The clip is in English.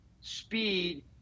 speed